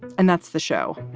and that's the show.